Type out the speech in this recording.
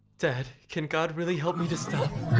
dad, can god really help me to stop?